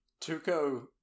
Tuco